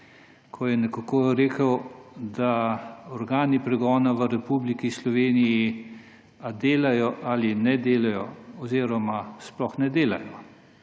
ko je nekako rekel, da organi pregona v Republiki Sloveniji ali delajo ali ne delajo oziroma sploh ne delajo.